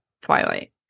Twilight